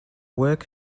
work